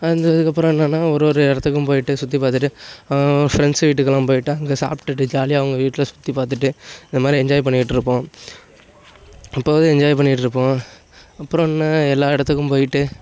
அந்த இதுக்கப்புறம் என்னென்னால் ஒரு ஒரு இடத்துக்கும் போயிட்டு சுற்றி பார்த்துட்டு ஃப்ரெண்ட்ஸு வீட்டுக்கெல்லாம் போயிட்டு அங்கே சாப்பிட்டுட்டு ஜாலியாக அவங்க வீட்டில் சுற்றி பார்த்துட்டு இந்த மாதிரி என்ஜாய் பண்ணிகிட்ருப்போம் எப்போதும் என்ஜாய் பண்ணிகிட்ருப்போம் அப்புறம் என்ன எல்லா இடத்துக்கும் போயிட்டு